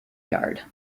yard